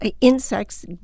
insects